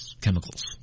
chemicals